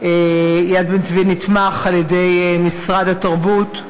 יד בן-צבי נתמך על-ידי משרד התרבות,